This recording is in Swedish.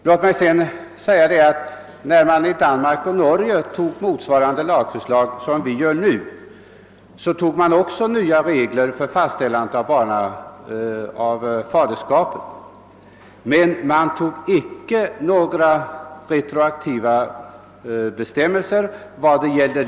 Låt mig vidare påpeka att när man i Danmark och Norge antog lagar motsvarande den som vi behandlar i dag beslutade man också om nya regler för fastställande av faderskap, men man införde icke några retroaktiva bestämmelser i fråga om lagen.